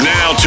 Now